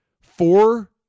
four